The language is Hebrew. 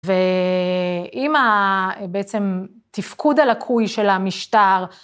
ועם הי, בעצם תפקוד הלקוי של המשטר.